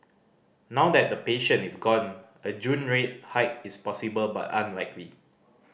now that the patient is gone a June rate hike is possible but unlikely